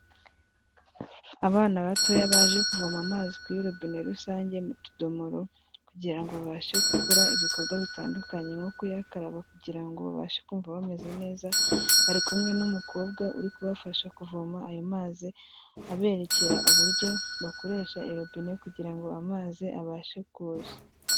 Abana batoya baje kuvoma amazi kuri robine rusange mu tudomoro kugira ngo babashe gukora ibikorwa bitandukanye nko kuyakaraba kugira ngo babashe kumva bameze neza, bari kumwe n'umukobwa uri kubafasha kuvoma ayo mazi, aberekera uburyo bakoresha iyo robine kugira ngo amazi abashe kuza.